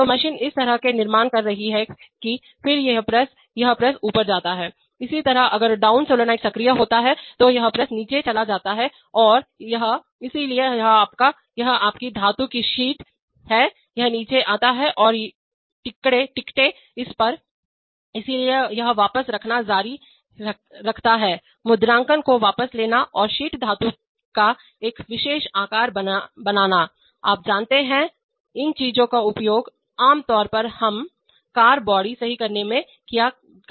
तो मशीन इस तरह से निर्माण कर रही है कि फिर यह प्रेस यह प्रेस ऊपर जाता है इसी तरह अगर डाउन सॉलॉइड सक्रिय होता है तो यह प्रेस नीचे चला जाता है और यह इसलिए यह आपका है यह आपकी धातु की शीट है यह नीचे आता है और टिकटें इस पर इसलिए यह वापस रखना जारी रखता है मुद्रांकन को वापस लेना और शीट धातु का एक विशेष आकार बनाना आप जानते हैं इन चीजों का उपयोग आमतौर पर हमें कार बॉडी सही कहने में किया जाता है